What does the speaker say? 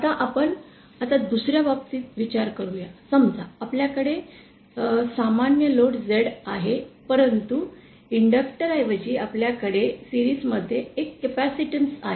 आता आपण आता दुसर्या बाबतीत विचार करूया समजा आपल्याकडे समान लोड Z आहे परंतु आता इंडक्टर् ऐवजी आपल्याकडे मालिकेत एक कॅपेसिटन्स आहे